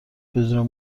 بدون